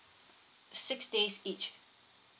six days each